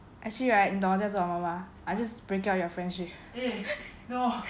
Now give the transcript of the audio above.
actually right 你懂我会做什么 mah I just break up your friendship